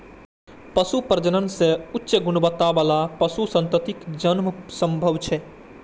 पशु प्रजनन सं उच्च गुणवत्ता बला पशु संततिक जन्म संभव छै